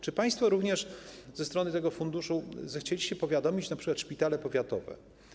Czy państwo również ze strony tego funduszu zechcieliście powiadomić np. szpitale powiatowe?